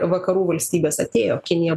vakarų valstybės atėjo kinija